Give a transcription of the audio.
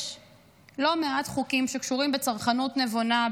יש לא מעט חוקים שקשורים לצרכנות נבונה,